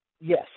Yes